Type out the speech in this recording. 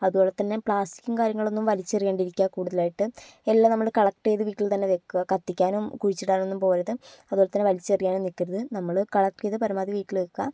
അതുപോലെ തന്നെ പ്ലാസറ്റിക്കും കാര്യങ്ങളൊന്നും വലിച്ചെറിയാണ്ടിരിക്കുക കൂടുതലായിട്ട് എല്ലാം നമ്മൾ കളക്റ്റ് ചെയ്ത് വീട്ടിൽ തന്നെ വെക്കുക കത്തിക്കാനും കുഴിച്ചിടാനും ഒന്നും പോകരുത് അതുപോലെ തന്നെ വലിച്ചെറിയാനും നിൽക്കരുത് നമ്മൾ കളക്റ്റ് ചെയ്ത് പരമാവധി വീട്ടിൽ വെക്കുക